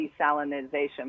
desalinization